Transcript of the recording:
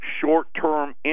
short-term